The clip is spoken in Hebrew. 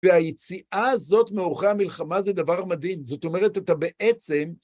והיציאה הזאת מעורכי המלחמה זה דבר מדהים, זאת אומרת, אתה בעצם...